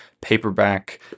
paperback